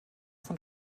von